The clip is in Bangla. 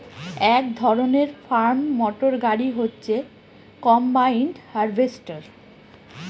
এক ধরনের ফার্ম মটর গাড়ি হচ্ছে কম্বাইন হার্ভেস্টর